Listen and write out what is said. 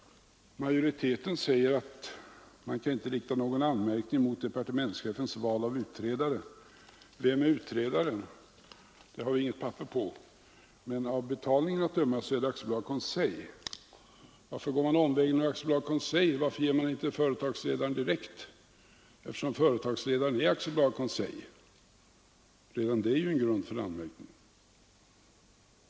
Majoriteten säger att man inte kan rikta någon anmärkning mot departementschefens val av utredare. Vem är utredaren? Det har vi inget papper på! Men av betalningen att döma är det Conseil AB. Varför går man omvägen över Conseil AB? Varför ger man inte företagsledaren direkt uppdraget, eftersom företagsledaren är Conseil AB? Redan det är ju en grund för anmärkning.